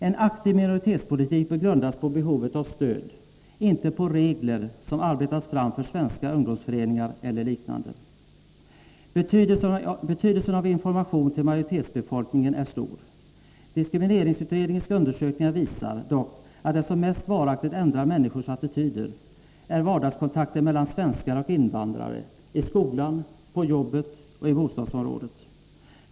En aktiv minoritetspolitik bör grundas på behovet av stöd, inte på regler som arbetats fram för svenska ungdomsföreningar eller liknande. Betydelsen av information till majoritetsbefolkningen är stor. Diskrimineringsutredningens undersökningar visar dock att det som mest varaktigt ändrar människors attityder är vardagskontakter mellan svenskar och invandrare — i skolan, på jobbet och i bostadsområdet.